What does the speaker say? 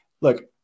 look